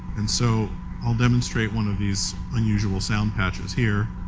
and so i'll demonstrate one of these unusual sound patches here.